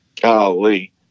Golly